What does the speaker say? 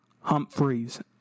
Humphreys